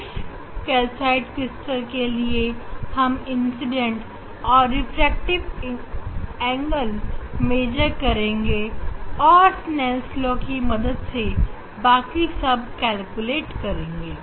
इस calcite crystal के लिए हम इंसिडेंट और रिफ्रैक्टेड एंगल मेजर करेंगे और स्नेल लॉ की मदद से बाकी सब कैलकुलेट करेंगे